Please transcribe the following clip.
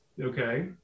okay